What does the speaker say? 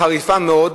חריפה מאוד,